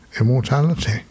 immortality